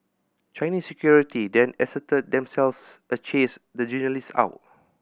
Chinese security then asserted themselves the chase the journalists out